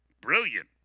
brilliant